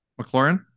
McLaurin